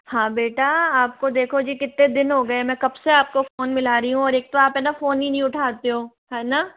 हाँ बेटा आपको देखो जी कितने दिन हो गए मैं कब से आपको फोन मिला रही हूँ और एक तो आप हैं ना फोन ही नहीं उठाते हो है ना